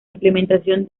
implementación